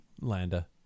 Landa